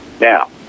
Now